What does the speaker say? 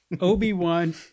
Obi-Wan